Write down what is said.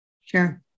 Sure